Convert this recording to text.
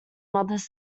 mother’s